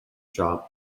shop